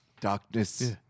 Darkness